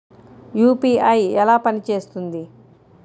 UPI ఎలా పనిచేస్తుంది?